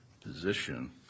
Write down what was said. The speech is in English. position